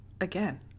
again